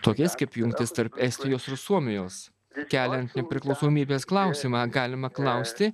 tokias kaip jungtis tarp estijos ir suomijos keliant nepriklausomybės klausimą galima klausti